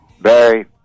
Barry